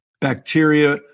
bacteria